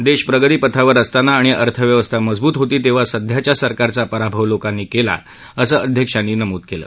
दक्षप्रगती पथावर असताना आणि अर्थव्यवस्था मजबूत होती तक्ति सध्याच्या सरकारचा पराभव लोकांनी क्लिा असं अध्यक्षांनी नमूद कलि